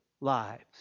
lives